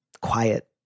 quiet